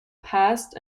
past